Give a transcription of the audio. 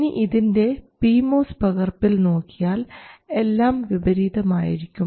ഇനി ഇതിൻറെ P MOS പകർപ്പിൽ നോക്കിയാൽ എല്ലാം വിപരീതമായിരിക്കും